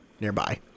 nearby